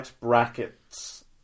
brackets